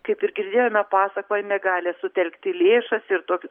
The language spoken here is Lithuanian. kaip ir girdėjome pasakojame gali sutelkti lėšas ir tokiu